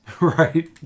right